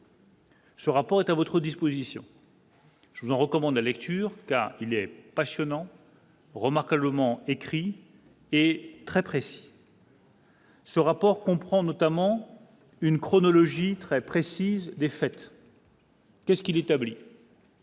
Ce rapport est à votre disposition. Je vous recommande la lecture car il est passionnant. Remarquablement écrit et très précis. Ce rapport comprend notamment une chronologie très précises des sectes. Est ce qui l'établit.